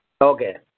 Okay